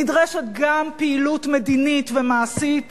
נדרשת גם פעילות מדינית ומעשית